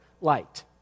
light